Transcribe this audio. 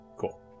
Cool